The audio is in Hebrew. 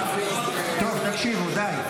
טוב, תקשיבו, די.